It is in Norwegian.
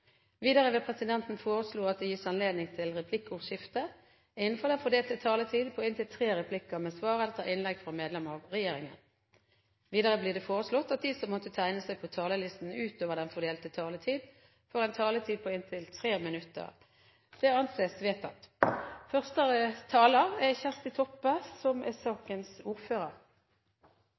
Videre vil presidenten foreslå at det gis anledning til replikkordskifte på inntil tre replikker med svar etter innlegg fra medlem av regjeringen innenfor den fordelte taletid. Videre blir det foreslått at de som måtte tegne seg på talerlisten utover den fordelte taletid, får en taletid på inntil 3 minutter. – Det anses vedtatt.